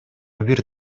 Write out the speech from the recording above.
бир